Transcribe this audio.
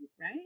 right